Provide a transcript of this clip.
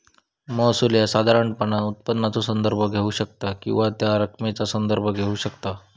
महसूल ह्या साधारणपणान उत्पन्नाचो संदर्भ घेऊ शकता किंवा त्या रकमेचा संदर्भ घेऊ शकता